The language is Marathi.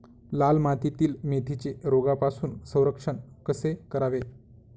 लाल मातीतील मेथीचे रोगापासून संरक्षण कसे करावे?